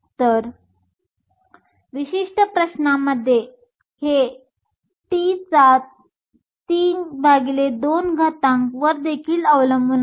या विशिष्ट प्रश्नामध्ये हे T32 वर देखील अवलंबून आहे